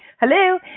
Hello